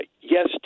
yes